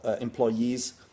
employees